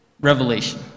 revelation